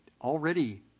already